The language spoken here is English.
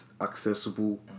accessible